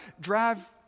drive